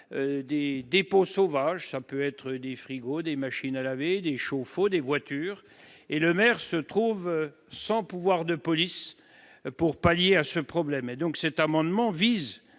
des dépôts sauvages, ça peut être des frigos, des machines à laver des chauffe-eau, des voitures et Lemaire se trouve sans pouvoir de police pour pallier à ce problème et donc cet amendement vise